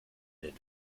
den